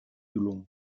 long